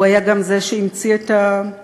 הוא היה גם זה שהמציא את המפד"ל,